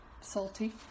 salty